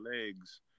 legs